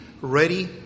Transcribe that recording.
ready